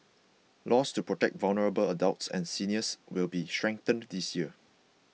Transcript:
laws to protect vulnerable adults and seniors will be strengthened this year